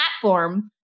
platform